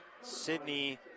Sydney